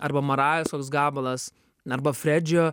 arba marajos koks gabalas arba fredžio